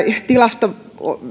tilasto